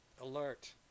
alert